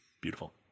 Beautiful